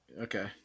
Okay